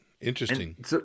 Interesting